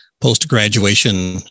post-graduation